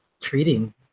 treating